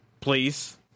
please